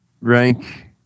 rank